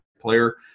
player